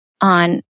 on